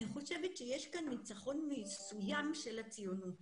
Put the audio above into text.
אני חושבת שיש כאן ניצחון מסוים של הציונות